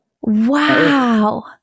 Wow